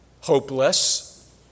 hopeless